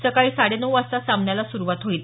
सकाळी साडे नऊ वाजता सामन्याला सुरुवात होईल